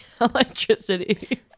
Electricity